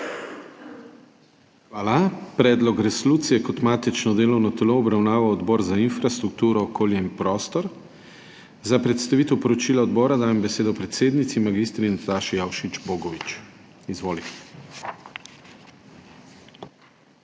Hvala. Predlog resolucije je kot matično delovno telo obravnaval Odbor za infrastrukturo, okolje in prostor. Za predstavitev poročila odbora dajem besedo predsednici mag. Nataši Avšič Bogovič. Izvolite.